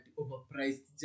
overpriced